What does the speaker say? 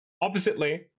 Oppositely